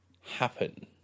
happen